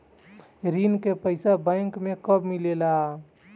ऋण के पइसा बैंक मे कब मिले ला?